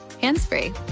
hands-free